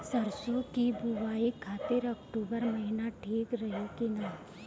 सरसों की बुवाई खाती अक्टूबर महीना ठीक रही की ना?